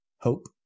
hope